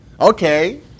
Okay